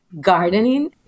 gardening